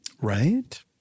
Right